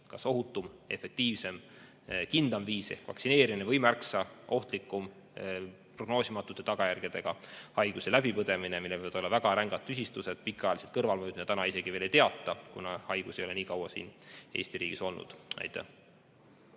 kas ohutum, efektiivsem, kindlam viis ehk vaktsineerimine või märksa ohtlikum, prognoosimatute tagajärgedega haiguse läbipõdemine, millel võivad olla väga rängad tüsistused, pikaajalised kõrvalmõjud, mida [kõiki] isegi veel ei teata, kuna see haigus ei ole nii kaua siin Eesti riigis olnud. Peeter